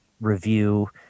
review